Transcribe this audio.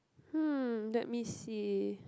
hmm let me see